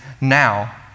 now